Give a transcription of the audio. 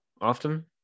often